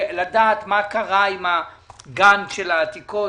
לדעת מה קרה עם גן העתיקות,